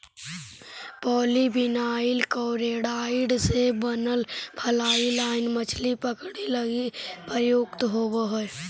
polyvinyl chloride से बनल fly line मछली पकडे लगी प्रयुक्त होवऽ हई